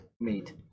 meet